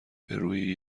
برروی